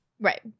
Right